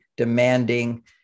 demanding